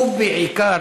הוא בעיקר,